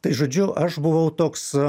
tai žodžiu aš buvau toks